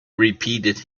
repeated